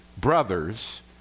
brothers